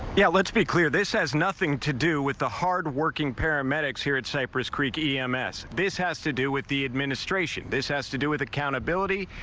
yeah let's be clear this has nothing to do with the hardworking paramedics here at cypress creek ems this has to do with the administration this has to do with accountability.